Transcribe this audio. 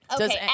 Okay